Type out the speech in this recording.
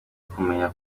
kumenya